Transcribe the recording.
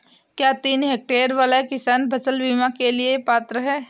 क्या तीन हेक्टेयर वाला किसान फसल बीमा के लिए पात्र हैं?